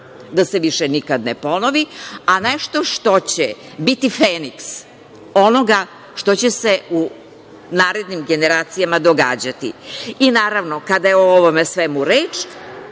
da se više nikad ne ponovi, a nešto što će biti feniks onoga što će se u narednim generacijama događati. Naravno, kada je o svemu ovome reč,